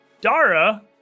Dara